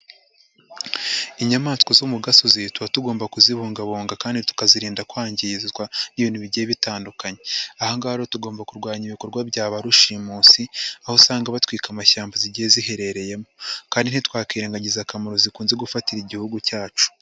Inyamaswa zo mu gasozi tuba tugomba kuzibungabunga kandi tukazirinda kwangizwa n'ibintu bigiye bitandukanye, aha ngaha rero tugomba kurwanya ibikorwa bya ba rushimusi, aho usanga batwika amashyamba zigiye ziherereyemo, kandi ntitwakirengagiza akamaro zikunze gufatira igihugu cyacu.